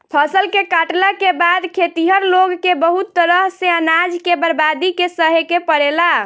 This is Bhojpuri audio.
फसल के काटला के बाद खेतिहर लोग के बहुत तरह से अनाज के बर्बादी के सहे के पड़ेला